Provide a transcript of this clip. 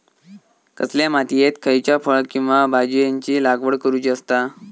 कसल्या मातीयेत खयच्या फळ किंवा भाजीयेंची लागवड करुची असता?